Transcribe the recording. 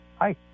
Hi